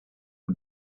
the